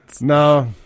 No